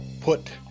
put